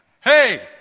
Hey